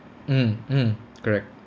mm mm correct